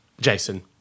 Jason